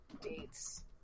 dates